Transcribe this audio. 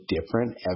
different